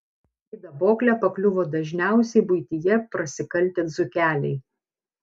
į daboklę pakliuvo dažniausiai buityje prasikaltę dzūkeliai